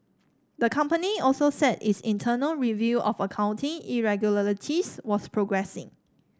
the company also said its internal review of accounting irregularities was progressing